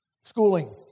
schooling